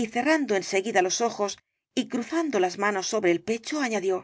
y cerrando en seguida los ojos y cruzando las manos sobre el pecho añadió